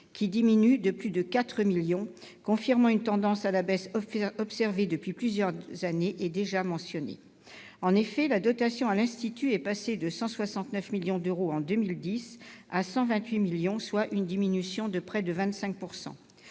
qui diminue de plus de 4 millions d'euros, confirmant une tendance à la baisse observée depuis plusieurs années. En effet, la dotation à l'institut est passée de 169 millions d'euros en 2010 à 128 millions, soit une diminution de près de 25 %.